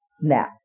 Now